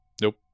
Nope